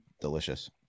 delicious